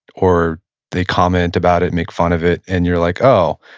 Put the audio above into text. or they comment about it, make fun of it. and you're like, oh,